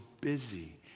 busy